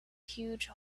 huge